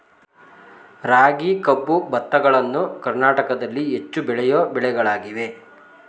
ರಾಗಿ, ಕಬ್ಬು, ಭತ್ತಗಳನ್ನು ಕರ್ನಾಟಕದಲ್ಲಿ ಹೆಚ್ಚು ಬೆಳೆಯೋ ಬೆಳೆಗಳಾಗಿವೆ